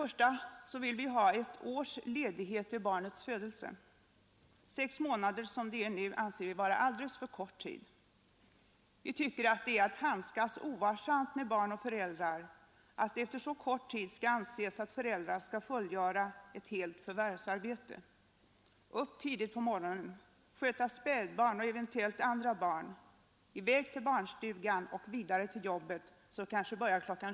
Först och främst vill vi ha ett års ledighet vid barnets födelse. Sex månader, som det är nu, anser vi vara en alldeles för kort tid. Det är att handskas ovarsamt med barn och föräldrar att anse att föräldrar efter så kort tid skall fullgöra helt förvärvsarbete: upp tidigt på morgonen, sköta spädbarn och eventuellt andra barn, i väg till barnstugan och vidare till jobbet som kanske börjar kl.